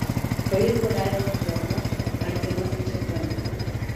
pailgo veido forma artima stačiakampiui